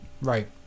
Right